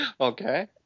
Okay